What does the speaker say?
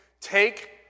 take